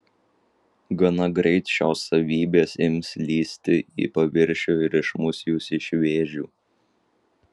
gana greit šios savybės ims lįsti į paviršių ir išmuš jus iš vėžių